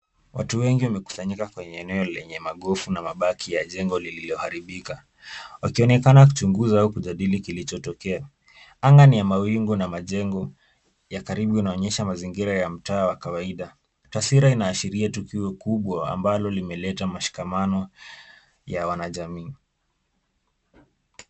Watu wengi wamekusanyika kwenye eneo lenye magofu na mabaki ya jengo lililoharibika, wakionekana kuchunguza au kujadili kilichotokea. Anga ni ya mawingu na majengo ya karibu inaonyesha mazingira ya mtaa wa kawaida. Taswira inaashiria tukio kubwa ambalo limeleta mashikamano ya wanajamii.